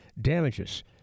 damages